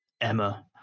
Emma